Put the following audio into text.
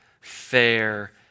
fair